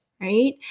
right